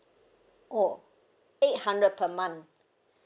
orh eight hundred per month